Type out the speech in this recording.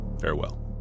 farewell